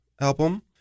album